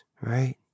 right